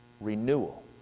renewal